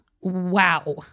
wow